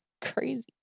crazy